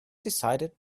decided